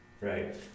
right